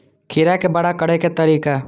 खीरा के बड़ा करे के तरीका?